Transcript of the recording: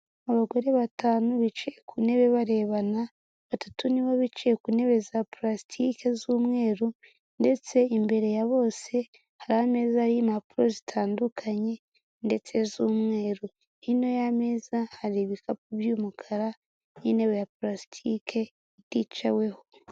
Abagore batanu bicaye ku ntebe barebana, batatu nibo bicaye ku ntebe za pulasitike z'umweru ndetse imbere ya bose hari ameza ariho impapuro zitandukanye ndetse z'umweru, hino y'ameza hari ibikapu by'umukara n'intebe ya pulasitike iticaweho.